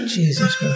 Jesus